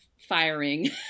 firing